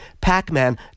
Pac-Man